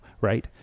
Right